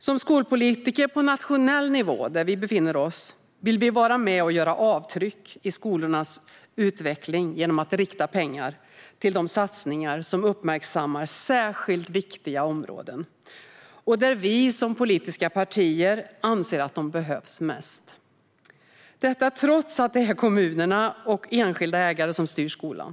Som skolpolitiker på nationell nivå, där vi befinner oss, vill vi vara med och göra avtryck i skolornas utveckling genom att rikta pengar till de satsningar som uppmärksammar särskilt viktiga områden och där vi som politiska partier anser att de behövs mest - detta trots att det är kommunerna och enskilda ägare som styr skolan.